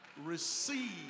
receive